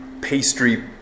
pastry